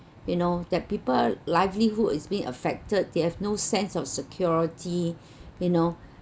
you know that people livelihood is being affected they have no sense of security you know